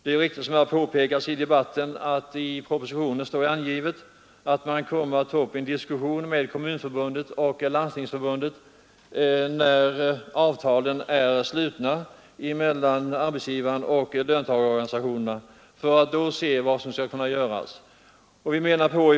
Det är riktigt, som har påpekats i debatten, att det i propositionen står att man kommer att ta upp en diskussion med Kommunförbundet och Landstingsförbundet när avtalen är slutna mellan arbetsgivarna och löntagarorganisationerna för att då se vad som skall kunna göras.